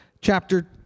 chapter